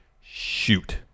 shoot